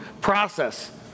process